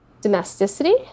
domesticity